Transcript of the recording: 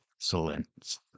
excellence